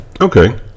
Okay